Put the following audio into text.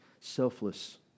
Selfless